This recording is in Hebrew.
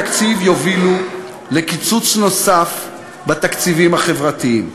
בתקציב יובילו לקיצוץ נוסף בתקציבים החברתיים.